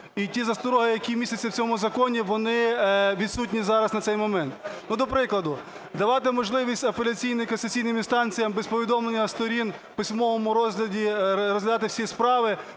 і ті застороги, які містяться в цьому законі, вони відсутні зараз на цей момент. До прикладу. Давати можливість апеляційно-касаційним інстанціям без повідомлення сторін в письмовому розгляді розглядати всі справи